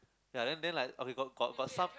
ya then then like okay got got got some